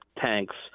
tanks